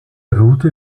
route